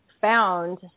found